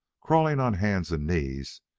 crawling on hands and knees,